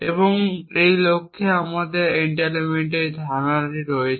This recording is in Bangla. এবং এই লক্ষ্যে আমাদের এনটেইলমেন্টের এই ধারণাটি রয়েছে